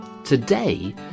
Today